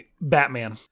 Batman